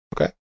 Okay